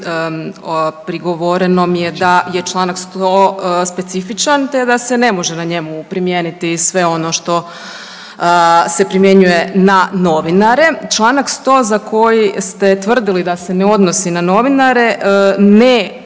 prigovoreno mi je da je članak 100. specifičan, te da se ne može na njemu primijeniti sve ono što se primjenjuje na novinare. Članak 100. Za koji ste tvrdili da se ne odnosi na novinare ne donosi